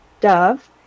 dove